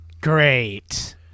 great